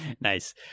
nice